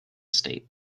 state